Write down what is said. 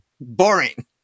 boring